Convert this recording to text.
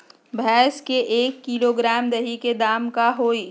भैस के एक किलोग्राम दही के दाम का होई?